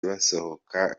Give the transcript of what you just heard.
basohoka